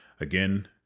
again